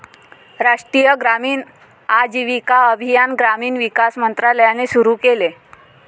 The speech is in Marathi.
राष्ट्रीय ग्रामीण आजीविका अभियान ग्रामीण विकास मंत्रालयाने सुरू केले